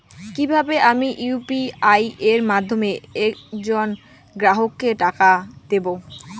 কিভাবে আমি ইউ.পি.আই এর মাধ্যমে এক জন গ্রাহককে টাকা দেবো?